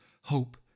hope